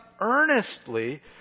earnestly